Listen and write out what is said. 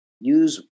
Use